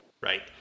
right